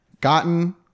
gotten